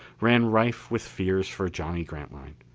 ran rife with fears for johnny grantline.